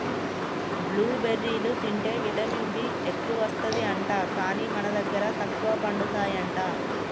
blue బెర్రీలు తింటే vitamin B ఎక్కువస్తది అంట, కానీ మన దగ్గర తక్కువ పండుతాయి అంట